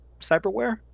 cyberware